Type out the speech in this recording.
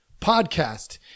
podcast